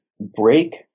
break